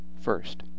First